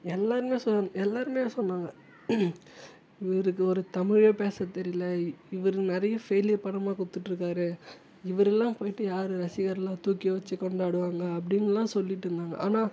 எல்லாருமே சொன்ன எல்லாருமே சொன்னாங்க இவருக்கு ஒரு தமிழே பேச தெரியல இவர் நிறைய ஃபெயிலியர் படமாக கொடுத்துட்டுருக்காரு இவரெல்லாம் போயிட்டு யார் ரசிகர் எல்லாம் தூக்கி வச்சி கொண்டாடுவாங்க அப்படினுலாம் சொல்லிவிட்டு இருந்தாங்க ஆனால்